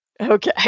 Okay